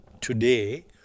today